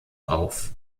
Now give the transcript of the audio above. auf